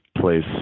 place